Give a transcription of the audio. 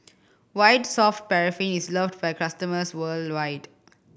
White Soft Paraffin is loved by customers worldwide